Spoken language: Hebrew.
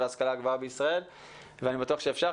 ההשכלה הגבוהה בישראל ואני בטוח שאפשר.